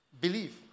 Believe